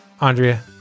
Andrea